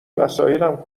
وسایلم